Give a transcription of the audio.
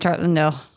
no